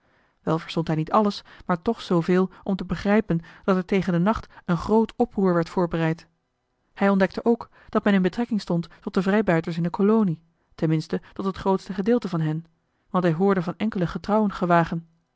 wel verstond hij niet alles maar toch zooveel om te begrijpen dat er tegen den nacht een groot oproer werd voorbereid hij ontdekte ook dat men in betrekking stond tot de vrijbuiters in de kolonie ten minste tot het grootste gedeelte van hen want hij hoorde van enkele getrouwen gewagen